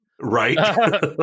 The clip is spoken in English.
right